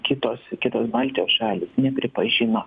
kitos kitos baltijos šalys nepripažino